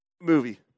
movie